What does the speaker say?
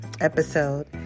episode